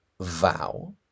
vow